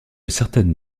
certaines